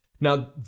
Now